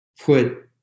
put